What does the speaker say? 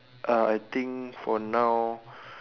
uh I think for now